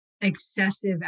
excessive